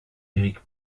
éric